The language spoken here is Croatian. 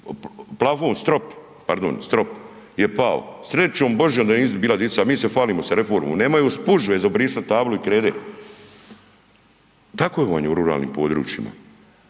plafon, strop, pardon, strop je pao. Srećom Božjom da nisu bila dica, mi se falimo sa reformom, nemaju spužve za obrisat tablu i krede, tako vam je u ruralnim područjima.